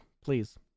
please